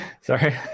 Sorry